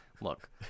Look